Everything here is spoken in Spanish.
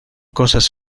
cosas